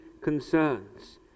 concerns